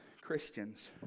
Christians